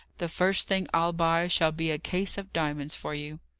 the first thing i'll buy shall be a case of diamonds for you.